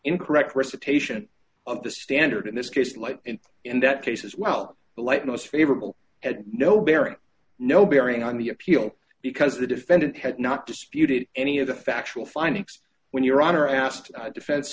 incorrect precipitation of the standard in this case like in that case as well the light most favorable had no bearing no bearing on the appeal because the defendant had not disputed any of the factual findings when your honor asked defense